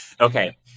Okay